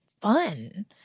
fun